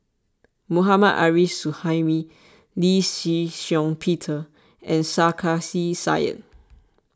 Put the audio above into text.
Mohammad Arif Suhaimi Lee Shih Shiong Peter and Sarkasi Said